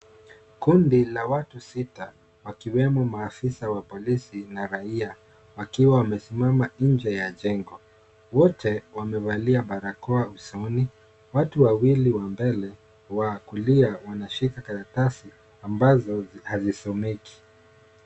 Kundi la watu sita wakiwemo maafisa wa polisi na raia wakiwa wamesimama nje ya jengo. Wote wamevalia barakoa usoni. Watu wawili wa mbele wa kulia wanashika karatasi ambazo hazisomeki.